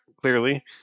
clearly